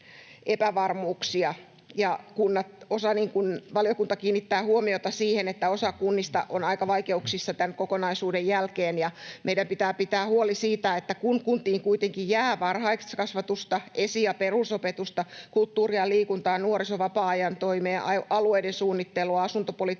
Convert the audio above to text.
Valiokunta kiinnittää huomiota siihen, että osa kunnista on aika vaikeuksissa tämän kokonaisuuden jälkeen, ja meidän pitää pitää huoli siitä, että kun kuntiin kuitenkin jää varhaiskasvatusta, esi‑ ja perusopetusta, kulttuuria, liikuntaa, nuoriso‑ ja vapaa-ajan toimea, alueiden suunnittelua, asuntopolitiikkaa,